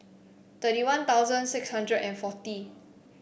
thirty One Thousand six hundred and forty